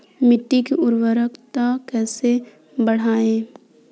मिट्टी की उर्वरता कैसे बढ़ाएँ?